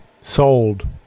sold